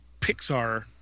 Pixar